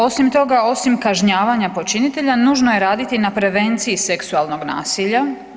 Osim toga osim kažnjavanja počinitelja nužno je raditi na prevenciji seksualnog nasilja.